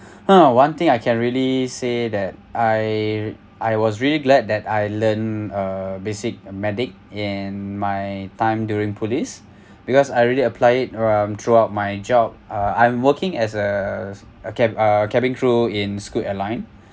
!huh! one thing I can really say that I I was really glad that I learn uh basic medic in my time during police because I already apply it um throughout my job um I'm working as a s~ a ca~ uh cabin crew in Scoot airline